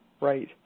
Right